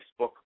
Facebook